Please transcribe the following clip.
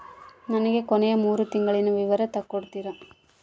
ನನಗ ಕೊನೆಯ ಮೂರು ತಿಂಗಳಿನ ವಿವರ ತಕ್ಕೊಡ್ತೇರಾ?